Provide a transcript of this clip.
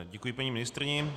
Děkuji paní ministryni.